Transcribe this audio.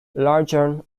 larger